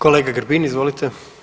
Kolega Grbin, izvolite.